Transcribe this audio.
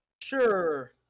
Sure